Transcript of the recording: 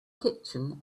kitchen